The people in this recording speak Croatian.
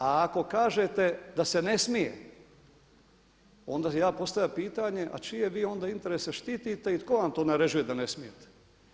A ako kažete da se ne smije, onda ja postavljam pitanje a čije vi onda interese štitite i tko vam to naređuje da ne smijete?